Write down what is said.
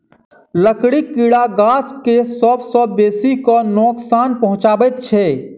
लकड़ीक कीड़ा गाछ के सभ सॅ बेसी क नोकसान पहुचाबैत छै